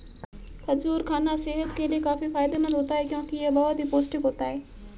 खजूर खाना सेहत के लिए काफी फायदेमंद होता है क्योंकि यह बहुत ही पौष्टिक होता है